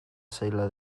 zaila